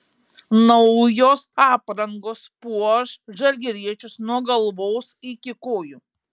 naujos aprangos puoš žalgiriečius nuo galvos iki kojų